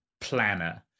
planner